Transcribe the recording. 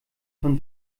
von